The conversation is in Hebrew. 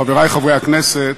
תודה רבה, חברי חברי הכנסת,